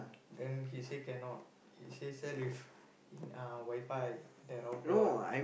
then he say cannot he say sell with in uh WiFi the router all